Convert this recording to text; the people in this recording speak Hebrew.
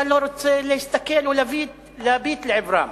אתה לא רוצה להסתכל או להביט לעברם.